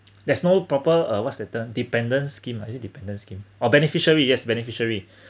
there's no proper uh what is the term dependent scheme 还是 dependent scheme or beneficiary yes beneficiary